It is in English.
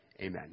Amen